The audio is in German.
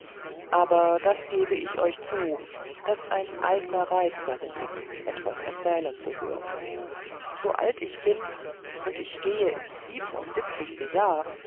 aber das gebe ich euch zu daß ein eigener reiz darin liegt etwas erzählen zu hören so alt ich bin und ich gehe nun ins siebenundsiebenzigste jahr